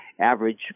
average